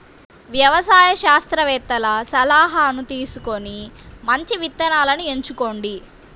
వ్యవసాయ శాస్త్రవేత్తల సలాహాను తీసుకొని మంచి విత్తనాలను ఎంచుకోండి